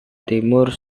timur